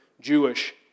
Jewish